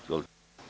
Izvolite.